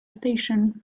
station